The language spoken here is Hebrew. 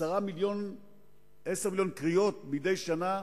10 מיליוני קריאות מדי שנה,